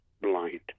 blind